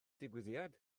digwyddiad